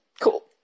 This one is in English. Cool